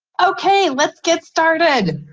okay, let's get started.